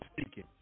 speaking